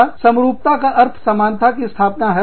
एकरूपता समरूपता का अर्थ समानता की स्थापना है